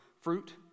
fruit